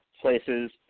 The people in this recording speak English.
places